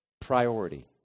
priority